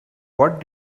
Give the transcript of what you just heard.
what